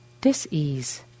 dis-ease